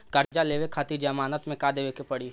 कर्जा लेवे खातिर जमानत मे का देवे के पड़ी?